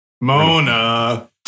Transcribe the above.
Mona